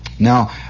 Now